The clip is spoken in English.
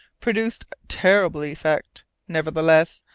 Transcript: produced terrible effect. nevertheless,